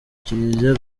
kiliziya